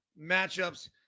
matchups